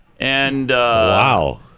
Wow